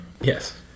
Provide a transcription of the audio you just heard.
Yes